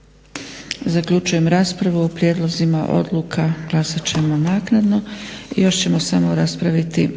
Zaključujem raspravu. O prijedlozima odluka glasat ćemo naknadno. **Leko, Josip